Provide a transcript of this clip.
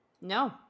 No